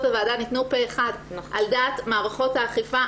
הוועדה ניתנו פה אחד על דעת מערכות האכיפה,